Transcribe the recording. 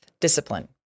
discipline